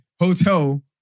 hotel